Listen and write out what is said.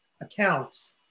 accounts